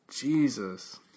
Jesus